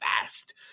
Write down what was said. fast